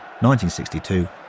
1962